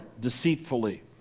deceitfully